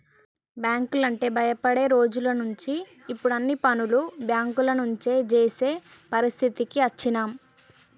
బ్యేంకులంటే భయపడే రోజులనుంచి ఇప్పుడు అన్ని పనులు బ్యేంకుల నుంచే జేసే పరిస్థితికి అచ్చినం